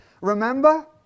remember